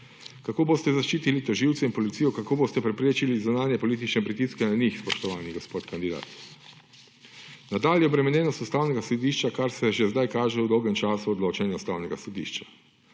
Kako boste zaščitili tožilce in policijo, kako boste preprečili zunanje politične pritiske na njih, spoštovani gospod kandidat? Nadalje. Obremenjenost Ustavnega sodišča, kar se že zdaj kaže v dolgem času odločanja Ustavnega sodišča,